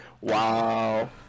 Wow